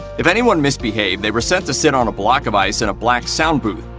if anyone misbehaved, they were sent to sit on a block of ice in a black sound booth.